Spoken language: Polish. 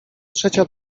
trzecia